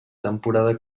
temporada